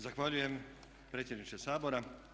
Zahvaljujem predsjedniče Sabora.